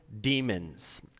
demons